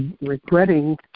regretting